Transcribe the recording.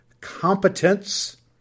competence